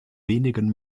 wenigen